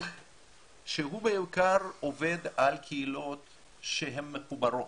שהוא בעיקר עובד על קהילות שהן מחוברות,